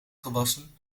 gewassen